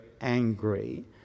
angry